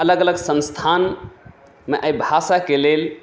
अलग अलग संस्थानमे एहि भाषाके लेल